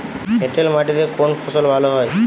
এঁটেল মাটিতে কোন ফসল ভালো হয়?